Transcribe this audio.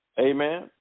Amen